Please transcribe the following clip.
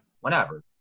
Whenever